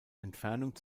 entfernung